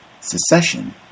Secession